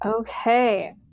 Okay